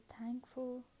thankful